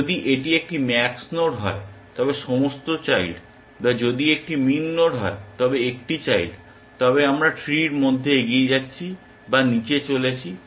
যদি এটি একটি ম্যাক্স নোড হয় তবে সমস্ত চাইল্ড বা যদি এটি একটি মিন নোড হয় তবে একটি চাইল্ড তবে আমরা ট্রির মধ্যে এগিয়ে যাচ্ছি বা নীচে চলেছি